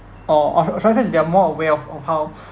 or or should I say they are more aware of of how